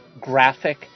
graphic